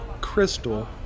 crystal